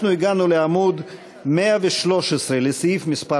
אנחנו הגענו לעמוד 113, לסעיף מס'